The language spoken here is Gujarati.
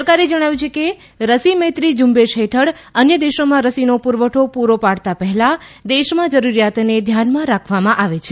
સરકારે જણાવ્યું છે કે રસી મૈત્રી ઝુંબેશ હેઠળ અન્ય દેશોમાં રસીનો પુરવઠો પૂરો પાડતાં પહેલાં દેશમાં જરૂરિયાતને ધ્યાનમાં રાખવામાં આવે છે